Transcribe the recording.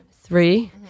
three